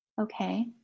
Okay